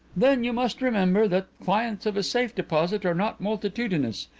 then you must remember that clients of a safe-deposit are not multitudinous.